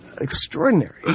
extraordinary